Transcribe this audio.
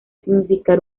significar